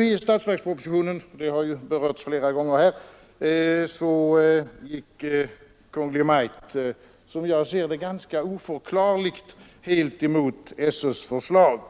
I statsverkspropositionen — detta har berörts här flera gånger — gick dock Kungl. Maj:t, såsom jag ser det ganska oförklarligt, helt emot SÖ:s förslag